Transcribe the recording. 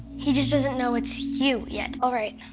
he just doesn't know what's you yet. all right,